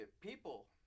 people